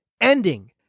ending